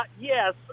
Yes